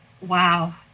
Wow